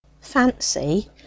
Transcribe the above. Fancy